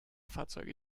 fahrzeuge